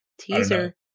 teaser